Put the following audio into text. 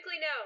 no